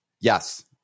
Yes